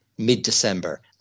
mid-December